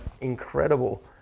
incredible